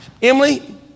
Emily